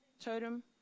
totem